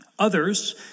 Others